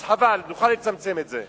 אז חבל, נוכל לצמצם את זה.